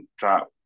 top